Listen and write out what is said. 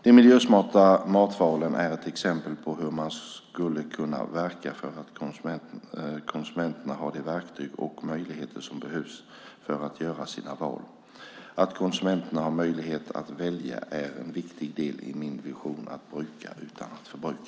De miljösmarta matvalen är ett exempel på hur man skulle kunna verka för att konsumenterna ska ha de verktyg och möjligheter som behövs för att göra sina val. Att konsumenterna har möjlighet att välja är en viktig del i min vision om att bruka utan att förbruka.